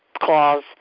clause